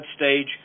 stage